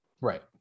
Right